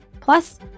plus